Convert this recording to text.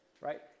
right